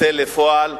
תצא לפועל,